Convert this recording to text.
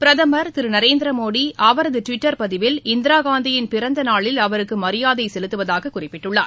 பிரதமர் திருநரேந்திரமோடி அவரதுடுவிட்டர் பதிவில் இந்திராகாந்தியின் பிறந்தநாளில் அவருக்குமரியாதைசெலுத்துவதாகக் குறிப்பிட்டுள்ளார்